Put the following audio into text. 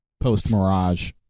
post-mirage